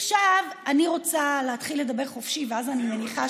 עכשיו אני רוצה להתחיל לדבר חופשי, ואז אני מניחה,